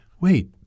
wait